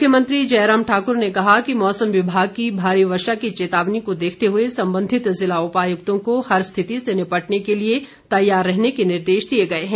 मुख्यमंत्री जयराम ठाकूर ने कहा कि मौसम विभाग की भारी बारिश की चेतावनी को देखते हुए संबंधित ज़िला उपायुक्तों को हर स्थिति से निपटने के लिए तैयार रहने के निर्देश दिए गए हैं